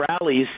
rallies